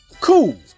Cool